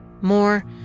More